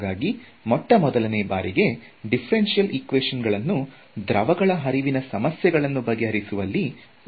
ಹಾಗಾಗಿ ಮೊಟ್ಟ ಮೊದಲನೇ ಬಾರಿಗೆ ಡಿಫರೆನ್ಷಿಯಲ್ ಈಕ್ವೇಶನ್ ಗಳನ್ನು ದ್ರವಗಳ ಹರಿವಿನ ಸಮಸ್ಯೆಗಳನ್ನು ಬಗೆಹರಿಸುವಲ್ಲಿ ಉಪಯೋಗಿಸಲಾಯಿತು